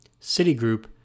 Citigroup